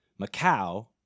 Macau